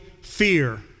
fear